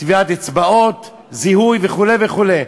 טביעת אצבעות, זיהוי וכו' וכו'.